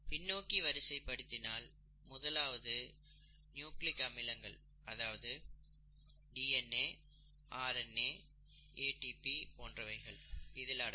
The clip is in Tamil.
பின்னோக்கி வரிசைப்படுத்தினால் முதலாவது நியூக்ளிக் அமிலங்கள் அதாவது டிஎன்ஏ ஆர்என்ஏ ஏடிபி போன்றவைகள் இதில் அடங்கும்